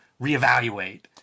reevaluate